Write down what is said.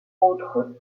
autres